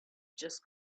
just